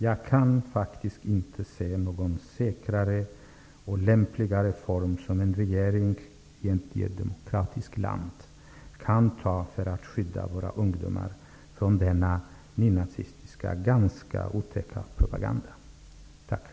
Jag kan faktiskt inte se någon säkrare eller lämpligare form för en regerings agerande i ett demokratiskt land för att skydda våra ungdomar från denna nynazistiska, ganska otäcka propaganda. Tack!